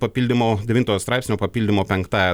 papildymo devintojo straipsnio papildymo penktąja